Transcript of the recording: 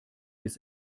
bis